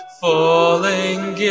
falling